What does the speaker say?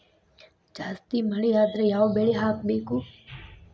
ಜಾಸ್ತಿ ಮಳಿ ಆದ್ರ ಯಾವ ಬೆಳಿ ಹಾಕಬೇಕು?